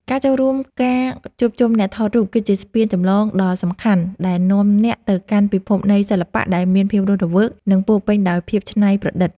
ការចូលរួមការជួបជុំអ្នកថតរូបគឺជាស្ពានចម្លងដ៏សំខាន់ដែលនាំអ្នកទៅកាន់ពិភពនៃសិល្បៈដែលមានភាពរស់រវើក និង ពោរពេញដោយភាពច្នៃប្រឌិត។